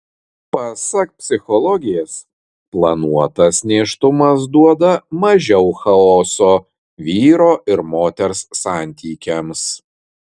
pasak psichologės planuotas nėštumas duoda mažiau chaoso vyro ir moters santykiams